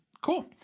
Cool